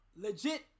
legit